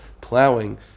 plowing